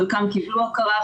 חלקם קיבלו הכרה,